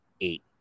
eight